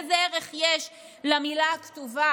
איזה ערך יש למילה הכתובה?